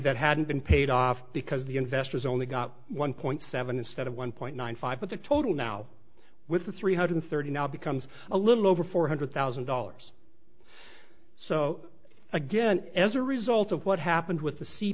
that hadn't been paid off because the investors only got one point seven instead of one point one five but the total now with the three hundred thirty now becomes a little over four hundred thousand dollars so again as a result of what happened with the c